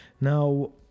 Now